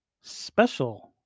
special